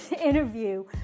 interview